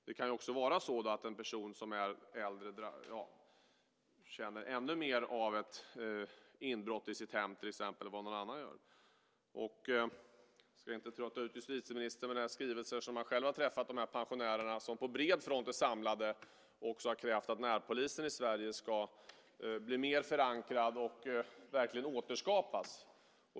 En äldre person kan känna av ännu mer av ett inbrott i sitt hem än vad någon annan gör. Jag ska inte trötta ut justitieministern med några skrivelser eftersom han själv har träffat pensionärerna. De har samlats på bred front och krävt att närpolisen i Sverige ska bli mer förankrad och verkligen återskapas.